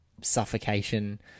suffocation